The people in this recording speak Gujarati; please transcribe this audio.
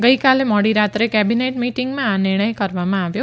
ગઇકાલે મોડી રાત્રે કેબીનેટ મીટીંગમાં આ નિર્ણય કરવામાં આવ્યો